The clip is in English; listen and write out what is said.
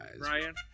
Ryan